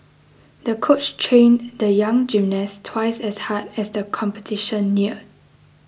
the coach trained the young gymnast twice as hard as the competition neared